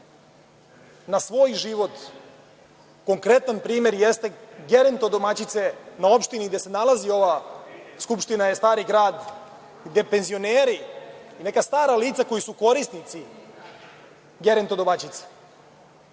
na svoj život. Konkretan primer jeste gerontodomaćice na opštini gde se nalazi ova Skupština, Stari grad, gde penzioneri i neka stara lica koja su korisnici gerontodomaćice